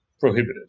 prohibitive